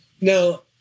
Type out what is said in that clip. Now